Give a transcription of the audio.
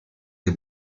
les